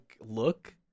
look